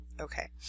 Okay